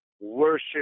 worship